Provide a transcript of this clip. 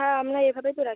হ্যাঁ আমরা এভাবেই তো রাখি